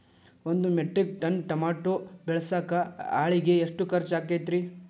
ಒಂದು metric ton tomato ಬೆಳಸಾಕ್ ಆಳಿಗೆ ಎಷ್ಟು ಖರ್ಚ್ ಆಕ್ಕೇತ್ರಿ?